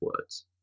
words